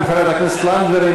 גם חברת הכנסת לנדבר,